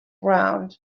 round